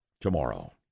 tomorrow